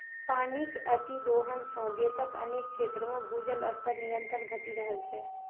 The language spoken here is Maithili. पानिक अतिदोहन सं देशक अनेक क्षेत्र मे भूजल स्तर निरंतर घटि रहल छै